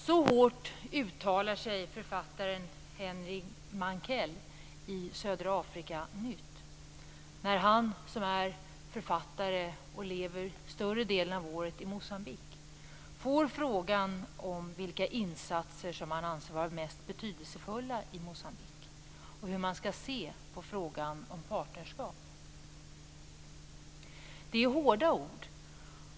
Så hårt uttalar sig författaren Henning Mankell i Södra Afrika-nytt när han, som lever större delen av året i Moçambique, får frågan vilka insatser han anser vara mest betydelsefulla i Moçambique och hur man skall se på frågan om partnerskap. Det är hårda ord.